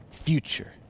future